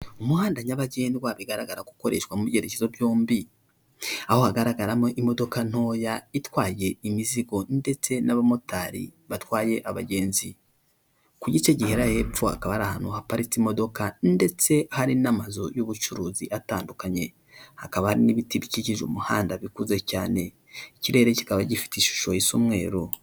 Umuhanda nyabagendwa bigaragara ku gukoreshwa mu byerekezo byombi, aho hagaragaramo imodoka ntoya itwaye imizigo, ndetse n'abamotari batwaye abagenzi, ku gice gihera hepfo hakaba ari ahantu haparitse imodoka ndetse hari n'amazu y'ubucuruzi atandukanye, hakaba hari n'ibiti bikikije umuhanda bikuze cyane, ikirere kikaba gifite ishusho y'iumweru.